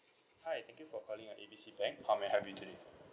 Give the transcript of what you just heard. hi thank you for calling A B C bank how may I help you today